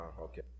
Okay